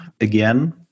again